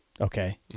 Okay